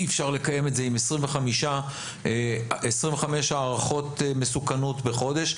אי אפשר לקיים אותו עם 25 הערכות מסוכנות בחודש.